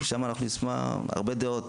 אנחנו נשמע שם הרבה דעות,